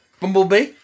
Bumblebee